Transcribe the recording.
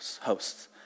hosts